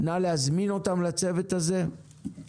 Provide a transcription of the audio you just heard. נא להזמין אותם לצוות הזה.